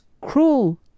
cruel